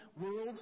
world